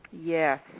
Yes